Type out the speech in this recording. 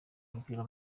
w’umupira